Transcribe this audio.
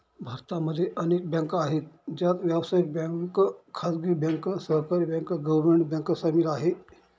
भारत मध्ये अनेक बँका आहे, ज्यात व्यावसायिक बँक, खाजगी बँक, सहकारी बँक, गव्हर्मेंट बँक सामील आहे